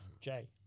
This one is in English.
Jay